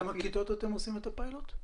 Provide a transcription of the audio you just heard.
בכמה כיתות אתם עושים את הפיילוט?